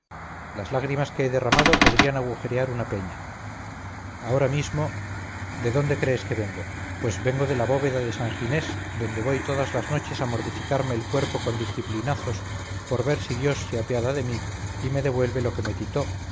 las lágrimas que he derramado podrían agujerar una peña ahora mismo de dónde crees que vengo pues vengo de la bóveda de san ginés adonde voy todas las noches a mortificarme el cuerpo con disciplinazos por ver si dios se apiada de mí y me devuelve lo que me quitó